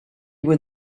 with